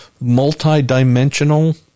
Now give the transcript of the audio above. multi-dimensional